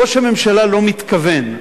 ראש הממשלה לא מתכוון.